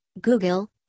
Google